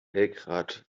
belgrad